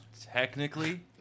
Technically